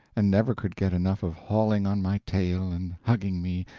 and never could get enough of hauling on my tail, and hugging me,